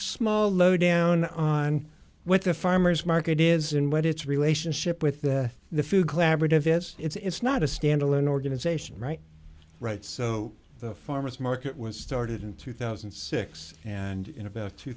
small lowdown on what the farmer's market is and what its relationship with the food collaborative is it's not a standalone organization right right so the farmer's market was started in two thousand and six and in about two